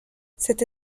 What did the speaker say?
cette